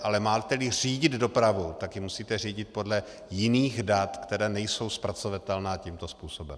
Ale máteli řídit dopravu, tak ji musíte řídit podle jiných dat, která nejsou zpracovatelná tímto způsobem.